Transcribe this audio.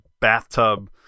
bathtub